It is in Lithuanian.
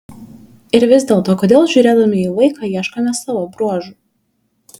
ir vis dėlto kodėl žiūrėdami į vaiką ieškome savo bruožų